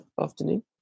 afternoon